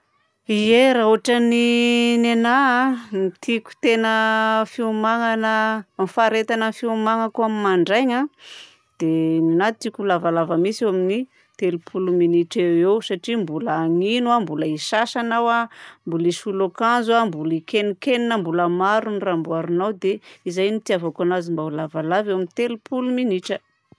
Ie raha ôtran'ny nenahy a, ny tiako tena fiomagnana, faharetanan'ny fiomagnako amin'ny mandraigna dia ninahy tiako ho lavalava mihitsy eo amin'ny telopolo minitra eo satria mbola hanino aho, mbola hisasa anao a, mbola hisolo akanjo a, mbola hikenokenona, mbola maro ny raha amboarinao dia izay no itiavako anazy mba ho lavalava eo amin'ny telopolo minitra.